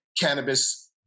cannabis